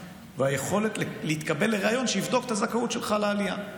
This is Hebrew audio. והיכולת להתקבל לריאיון שיבדוק את הזכאות שלך לעלייה.